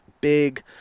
Big